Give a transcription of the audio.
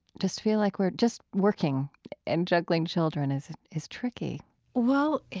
just feel like we're just working and juggling children is, is tricky well,